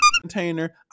container